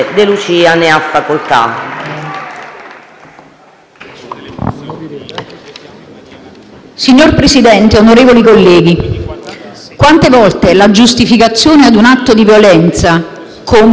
Signor Presidente, onorevoli colleghi, quante volte la giustificazione ad un atto di violenza commesso tra le mura domestiche,